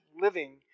living